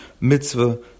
Mitzvah